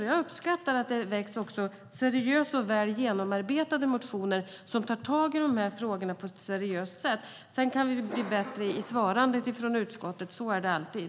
Jag uppskattar att det väcks seriösa och väl genomarbetade motioner som tar tag i de här frågorna på ett seriöst sätt. Sedan kan vi bli bättre på att svara från utskottets sida. Så är det alltid.